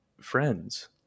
friends